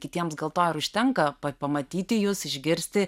kitiems gal to ir užtenka pamatyti jus išgirsti